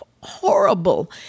horrible